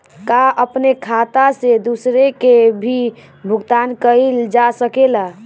का अपने खाता से दूसरे के भी भुगतान कइल जा सके ला?